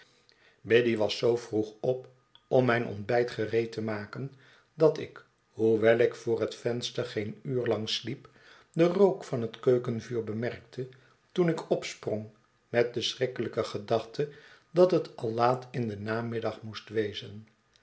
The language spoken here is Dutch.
biddy was zoo vroeg op om mijn ontbijt gereed te maken dat ik hoewel ik voor bet venster geen uur lang sliep den rook van het keukenvuur bemerkte toen ik opsprong met de schrikkelijke gedachte dat het al laat in den namiddag moest wezen